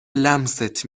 لمست